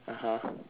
(uh huh)